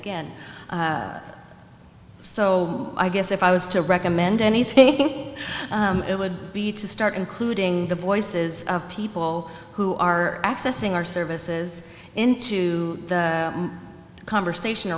again so i guess if i was to recommend anything it would be to start including the voices of people who are accessing our services into the conversation